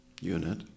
unit